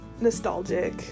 nostalgic